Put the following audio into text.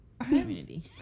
community